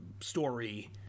Story